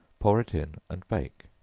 pour it in and bake,